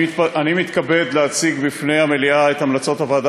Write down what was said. אני מתכבד להציג בפני המליאה את המלצות הוועדה